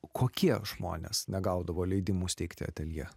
kokie žmonės negaudavo leidimų steigti ateljė